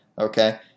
okay